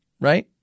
right